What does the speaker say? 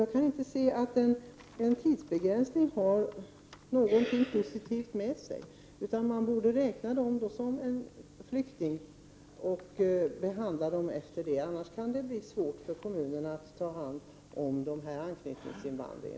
Jag kan inte se att en tidsbegränsning för något positivt med sig. Man borde räkna dessa anhöriga som flyktingar och behandla dem därefter. Annars kan det bli svårt för kommunerna att organisera denna anknytningsinvandring.